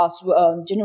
general